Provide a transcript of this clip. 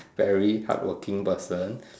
very hardworking person